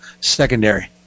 secondary